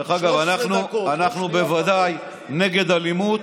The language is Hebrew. דרך אגב, אנחנו בוודאי נגד אלימות